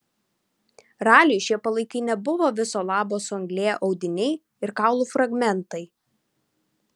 raliui šie palaikai nebuvo viso labo suanglėję audiniai ir kaulų fragmentai